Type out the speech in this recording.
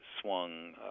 swung